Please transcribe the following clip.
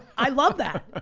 i love that,